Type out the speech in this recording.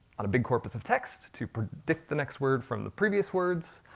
on a big corpus of text, to predict the next word from the previous words,